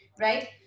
right